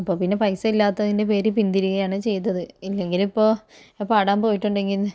അപ്പോൾ പിന്നെ പൈസ ഇല്ലാത്തതിൻ്റെ പേരിൽ പിന്തിരിയുകയാണ് ചെയ്തത് ഇല്ലെങ്കിൽ ഇപ്പോൾ പാടാൻ പോയിട്ടുണ്ടെങ്കിൽ